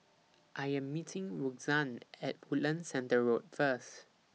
I Am meeting Roxann At Woodlands Centre Road First